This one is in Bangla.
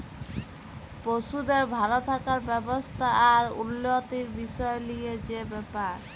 পশুদের ভাল থাকার ব্যবস্থা আর উল্যতির বিসয় লিয়ে যে ব্যাপার